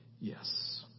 Yes